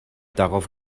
darauf